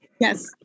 Yes